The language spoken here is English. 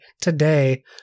today